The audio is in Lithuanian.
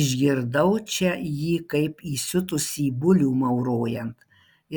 išgirdau čia jį kaip įsiutusį bulių maurojant